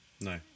No